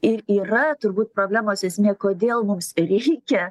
ir yra turbūt problemos esmė kodėl mums reikia